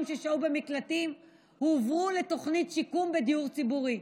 ששהו במקלטים הועברו לתוכנית שיקום בדיור ציבורי.